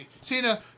Cena